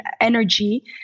energy